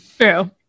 True